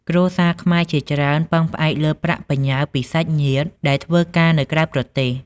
គ្រួសារខ្មែរជាច្រើនពឹងផ្អែកលើប្រាក់បញ្ញើពីសាច់ញាតិដែលធ្វើការនៅក្រៅប្រទេស។